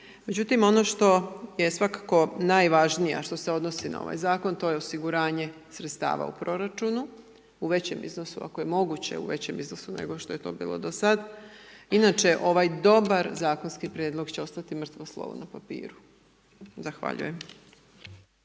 Međutim, ono što je svakako najvažnije a što se odnosi na ovaj zakon to je osiguranje sredstava u proračunu u većem iznosu, ako je moguće u većem iznosu nego što je to bilo do sad. Inače ovaj dobar zakonski prijedlog će ostati mrtvo slovo na papiru. Zahvaljujem.